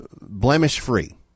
blemish-free